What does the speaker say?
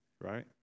right